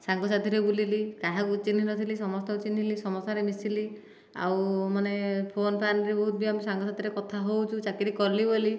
ସାଙ୍ଗସାଥିରେ ବୁଲିଲି କାହାକୁ ଚିହ୍ନି ନଥିଲି ସମସ୍ତଙ୍କୁ ଚିହ୍ନିଲି ସମସ୍ତ ସାଙ୍ଗରେ ମିଶିଲି ଆଉ ମାନେ ଫୋନ୍ ଫାନ୍ରେ ବି ବହୁତ ଆମେ ସାଙ୍ଗସାଥିରେ କଥା ହେଉଛୁ ଚାକିରି କଲି ବୋଲି